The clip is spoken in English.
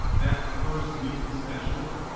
that first week especially,